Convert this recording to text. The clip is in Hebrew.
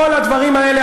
כל הדברים האלה,